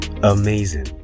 amazing